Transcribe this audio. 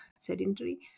Sedentary